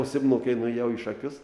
po simno kai nuėjau į šakius